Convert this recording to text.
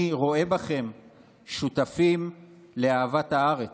אני רואה בכם שותפים לאהבת הארץ,